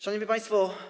Szanowni Państwo!